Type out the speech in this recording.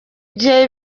gihe